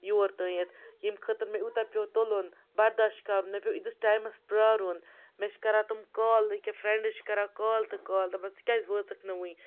یور تانِتھ ییٚمہِ خٲطرٕ مےٚ یوٗتاہ پیوٚو تُلُن بَرداش کَرُن مےٚ پیوٚو ییٖتِس ٹایمَس پرٛارُن مےٚ چھِ کَران تم کال أکیٛاہ فرٮ۪ڈٕز چھِ کَران کال تہٕ کال دَپان ژٕ کیازِ وٲژٕکھ نہٕ وٕنۍ